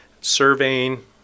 surveying